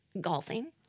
golfing